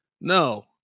No